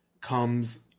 comes